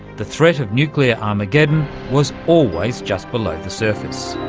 the threat of nuclear armageddon was always just below the surface.